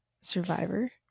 Survivor